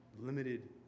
limited